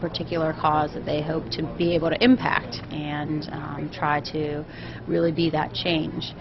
particular cause that they hope to be able to impact and try to really be that change